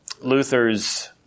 Luther's